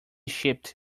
shipped